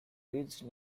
ridge